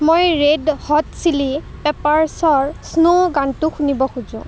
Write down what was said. মই Red Hot Chili পেপাৰ্ছৰ Snow গানটো শুনিব খোজোঁ